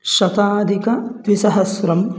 शताधिकद्विसहस्रम्